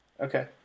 okay